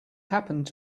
happened